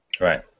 Right